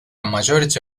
majority